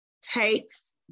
takes